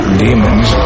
demons